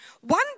One